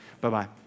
Bye-bye